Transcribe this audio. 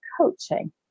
coaching